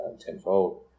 Tenfold